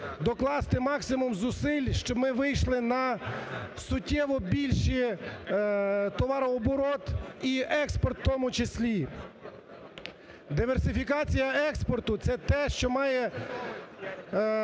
докласти максимум зусиль, щоб ми вийшли на суттєво більший товарооборот і експорт в тому числі. Диверсифікація експорту – це те, що має